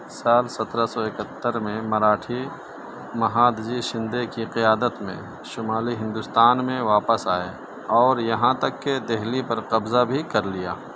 سال سترہ سو اکہتر میں مراٹھی مہادجی شندے کی قیادت میں شمالی ہندوستان میں واپس آئے اور یہاں تک کہ دہلی پر قبضہ بھی کر لیا